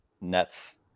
nets